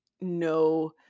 no